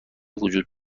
وجود